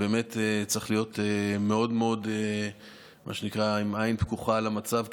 באמת צריך להיות מאוד מאוד עם עין פקוחה על המצב,